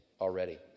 already